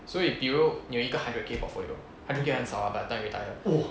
所以比如你有一个 hundred K portfolio hundred K 很少啦 but until retire